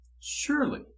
Surely